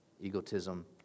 Egotism